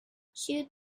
shoot